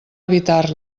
evitar